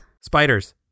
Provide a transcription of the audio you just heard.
Spiders